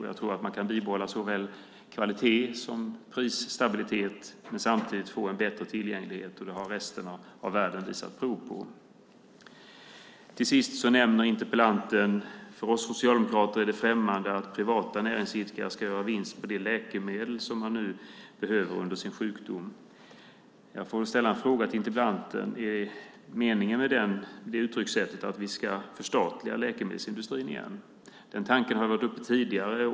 Jag tror att man kan bibehålla såväl kvalitet som prisstabilitet men samtidigt få en bättre tillgänglighet. Det har resten av världen visat prov på. Till sist säger interpellanten: "För oss socialdemokrater är det främmande att privata näringsidkare ska göra vinst på de läkemedel som man behöver under sin sjukdom." Jag vill fråga interpellanten. Är meningen med detta uttryckssätt att vi ska förstatliga läkemedelsindustrin igen? Den tanken har varit uppe tidigare.